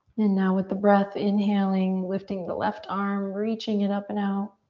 and now with the breath, inhaling, lifting the left arm. reaching it up and out.